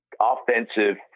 offensive